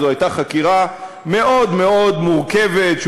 זו הייתה חקירה מאוד מאוד מורכבת,